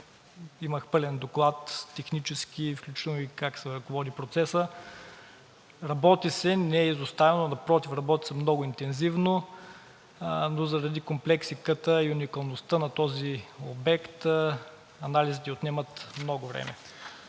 Имах пълен технически доклад, включително и как се ръководи процесът. Работи се, не е изоставено – напротив, работи се много интензивно, но заради комплексиката и уникалността на този обект анализите отнемат много време.